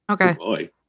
okay